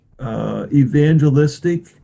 evangelistic